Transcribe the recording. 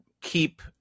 keep